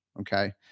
Okay